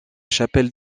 chapelle